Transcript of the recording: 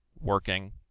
working